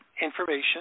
information